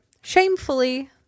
shamefully